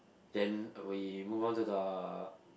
then we move on to the